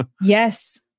yes